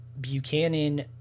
buchanan